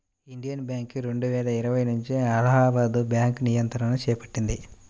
Indian Bank రెండువేల ఇరవై నుంచి అలహాబాద్ బ్యాంకు నియంత్రణను చేపట్టింది